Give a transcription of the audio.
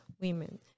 women